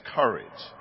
courage